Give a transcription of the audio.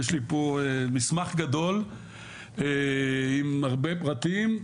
לי פה מסמך גדול עם הרבה פרטים,